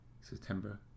September